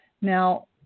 now